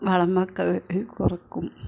വളം കുറയ്ക്കും